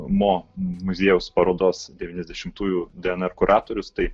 mo muziejaus parodos devyniasdešimtųjų dnr kuratorius tai